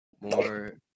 more